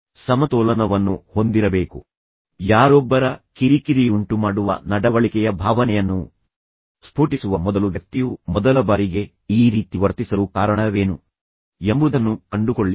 ನೀವು ನಿಮ್ಮ ಕೋಪವನ್ನು ತೋರಿಸುವ ಮೊದಲು ಅಥವಾ ನೀವು ಯಾವುದೇ ರೀತಿಯ ಯಾರೊಬ್ಬರ ಕಿರಿಕಿರಿಯುಂಟುಮಾಡುವ ನಡವಳಿಕೆಯ ಭಾವನೆಯನ್ನು ಸ್ಫೋಟಿಸುವ ಮೊದಲು ವ್ಯಕ್ತಿಯು ಮೊದಲ ಬಾರಿಗೆ ಈ ರೀತಿ ವರ್ತಿಸಲು ಕಾರಣವೇನು ಎಂಬುದನ್ನು ಕಂಡುಕೊಳ್ಳಿ